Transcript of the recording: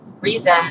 reason